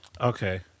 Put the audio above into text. okay